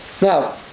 Now